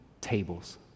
tables